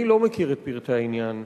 אני לא מכיר את פרטי העניין.